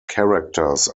characters